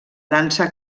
dansa